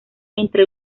entre